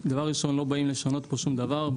אנחנו לא באים לשנות פה שום דבר אלא